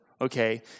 Okay